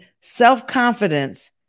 self-confidence